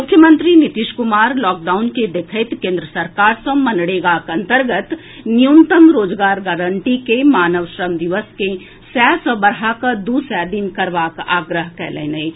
मुख्यमंत्री नीतीश कुमार लॉकडाउन के देखैत केन्द्र सरकार सँ मनरेगाक अन्तर्गत न्यूनतम रोजगार गारंटी के मानव श्रम दिवस सभ के सय सँ बढ़ाकऽ दू सय दिन करबाक आग्रह कयलनि अछि